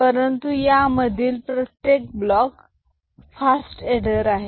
परंतु यामधील प्रत्येक ब्लॉक फास्ट एडर आहे